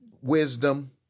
wisdom